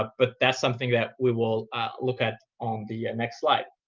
but that's something that we will look at on the next slide.